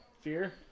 fear